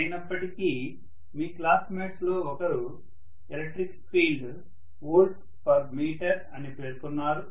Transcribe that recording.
అయినప్పటికీ మీ క్లాస్మేట్స్లో ఒకరు ఎలక్ట్రిక్ ఫీల్డ్ Vm అని పేర్కొన్నారు